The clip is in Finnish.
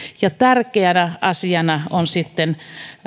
ja tärkeänä asiana on sitten